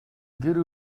гэр